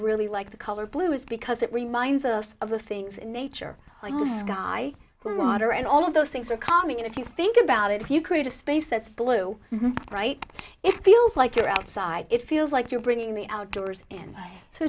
really like the color blue is because it reminds us of the things in nature guy who water and all of those things are coming in if you think about it if you create a space that's blue right it feels like you're outside it feels like you're bringing the outdoors in so